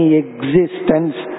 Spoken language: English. existence